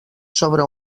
sobre